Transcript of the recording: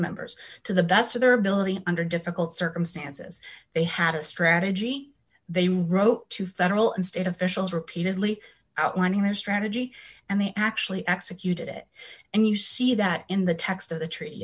members to the best of their ability under difficult circumstances they had a strategy they wrote to federal and state officials repeatedly outlining their strategy and they actually executed it and you see that in the text of the tre